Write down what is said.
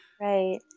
right